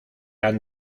han